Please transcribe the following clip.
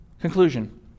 Conclusion